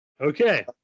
Okay